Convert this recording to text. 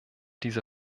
diese